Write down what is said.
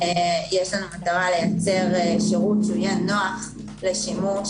יש לנו מטרה לייצר שירות שיהיה נוח לשימוש.